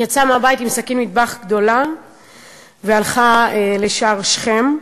היא יצאה מהבית עם סכין מטבח גדולה והלכה לשער שכם,